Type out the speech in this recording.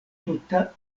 tuta